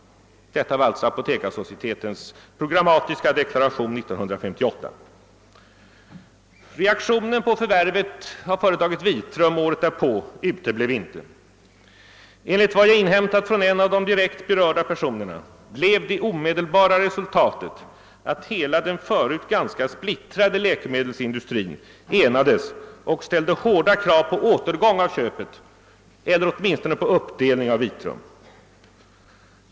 — Detta var alltså Apotekarsocietetens programmatiska deklaration 1958. Reaktionen på förvärvet av Vitrum året därpå uteblev inte. Enligt vad jag inhämtat från en av de direkt berörda personerna blev det omedelbara resultatet att hela den förut ganska splittrade läkemedelsindustrin enades och ställde hårda krav på återgång av köpet eller åtminstone på uppdelning av Vitrum.